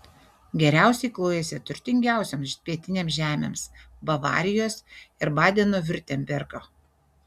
geriausiai klojasi turtingiausioms pietinėms žemėms bavarijos ir badeno viurtembergo